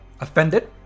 offended